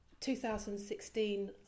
2016